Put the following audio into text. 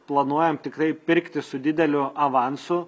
planuojam tikrai pirkti su dideliu avansu